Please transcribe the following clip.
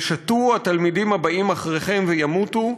וישתו התלמידים הבאים אחריכם וימותו,